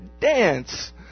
dance